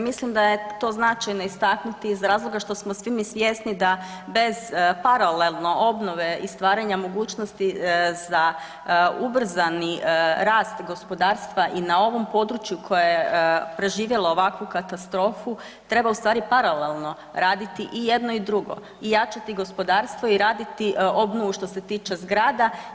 Mislim da je to značajno istaknuti iz razloga što smo svi mi svjesni da bez paralelno obnove i stvaranja mogućnosti za ubrzani rast gospodarstva i na ovom području koje je preživjelo ovakvu katastrofu treba u stvari paralelno raditi i jedno i drugo – i jačati gospodarstvo i raditi obnovu što se tiče zgrada.